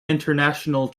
international